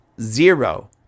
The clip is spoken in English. zero